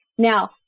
Now